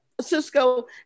Cisco